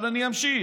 אבל אני אמשיך,